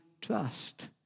trust